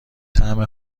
طعم